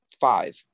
five